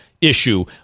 issue